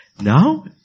Now